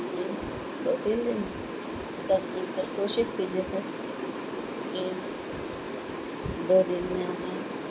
جی دو تین دن میں سر پلیز سر کوشش کیجیے سر جی دو دن میں آجائے